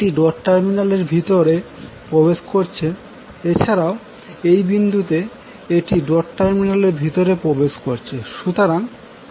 একটি dot terminal এর ভিতরে প্রবেশ করছে এছাড়াও এই বিন্দুতে এটি ডট টার্মিনাল এর ভিতরে প্রবেশ করছে